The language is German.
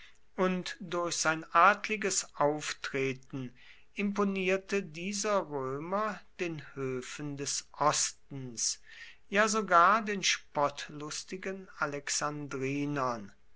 und durch sein adliges auftreten imponierte dieser römer den höfen des ostens ja sogar den